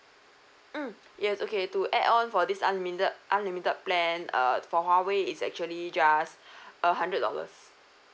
mm yes okay to add on for this unlimited unlimited plan uh for Huawei is actually just a hundred dollars